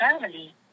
family